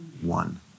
One